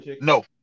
No